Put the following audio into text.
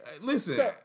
listen